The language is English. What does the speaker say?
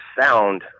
sound